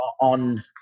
on